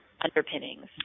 underpinnings